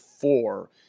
four